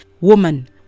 woman